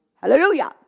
Hallelujah